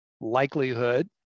likelihood